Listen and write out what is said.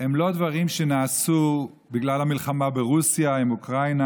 הן לא דברים שנעשו בגלל המלחמה של רוסיה עם אוקראינה.